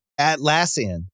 Atlassian